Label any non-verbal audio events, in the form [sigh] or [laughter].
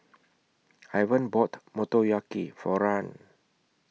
[noise] Ivan bought Motoyaki For Rahn